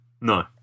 No